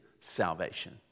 salvation